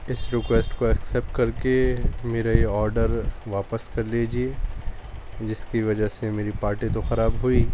اس request کو accept کر کے میرا یہ آرڈر واپس کر لیجیے جس کی وجہ سے میری پارٹی تو خراب ہوئی